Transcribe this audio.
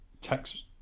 text